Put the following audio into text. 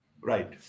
Right